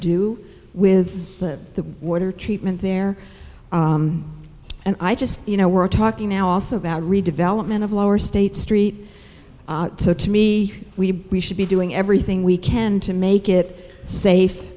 do with the water treatment there and i just you know we're talking now also about redevelopment of lower state street so to me we should be doing everything we can to make it safe